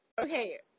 okay